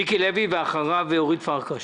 מיקי לוי, ואחריו אורית פרקש-הכהן.